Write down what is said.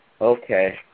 Okay